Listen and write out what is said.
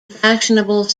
fashionable